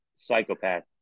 Psychopath